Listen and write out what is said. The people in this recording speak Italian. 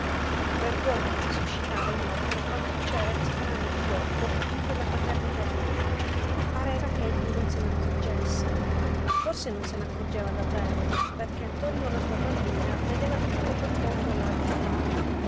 vergogna le suscitava inoltre quanto c'era di strano e di goffo in quella paternità di lui pareva ch'egli non se n'accorgesse forse non se n accorgeva davvero perché attorno alla sua bambina vedeva tutto quel mondo là lontano